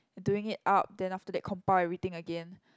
doing it up then after that compile everything again